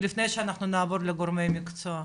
לפני שאנחנו נעבור לגורמי מקצוע?